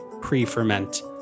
pre-ferment